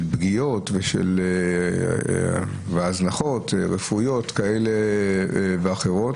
של פגיעות והזנחות רפואיות כאלה ואחרות.